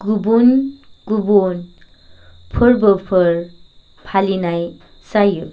गुबुन गुबुन फोरबोफोर फालिनाय जायो